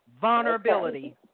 vulnerability